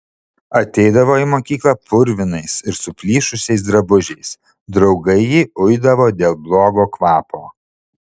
ateidavo į mokyklą purvinais ir suplyšusiais drabužiais draugai jį uidavo dėl blogo kvapo